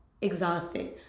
exhausted